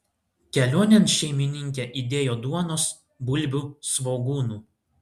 kelionėn šeimininkė įdėjo duonos bulvių svogūnų